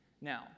Now